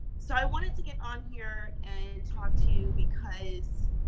so i wanted to get on here and talk to you because,